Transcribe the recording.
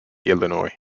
illinois